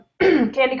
Candy